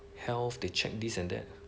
health they check this and that